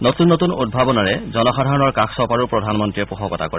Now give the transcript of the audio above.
নতুন নতুন উদ্ভাৱনেৰে জনসাধাৰণৰ কাষ চপাৰো প্ৰধানমন্ত্ৰীয়ে পোষকতা কৰে